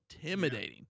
intimidating